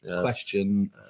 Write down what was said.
question